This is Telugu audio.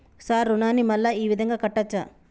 సార్ రుణాన్ని మళ్ళా ఈ విధంగా కట్టచ్చా?